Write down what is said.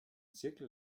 zirkel